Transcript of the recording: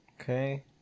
Okay